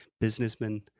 businessmen